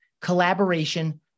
collaboration